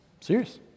Serious